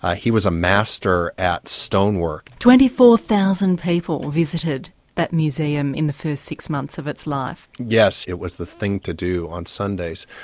ah he was a master at stonework. twenty-four thousand people visited that museum in the first six months of its life. yes, it was the thing to do on sundays.